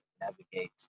navigate